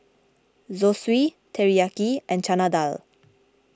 Zosui Teriyaki and Chana Dal